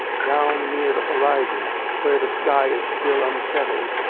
down near the horizon, where the sky is still unsettled,